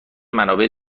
منابع